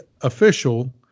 official